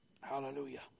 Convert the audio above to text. Hallelujah